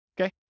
Okay